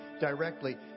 directly